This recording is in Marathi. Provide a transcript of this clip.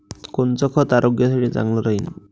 कोनचं खत आरोग्यासाठी चांगलं राहीन?